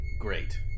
Great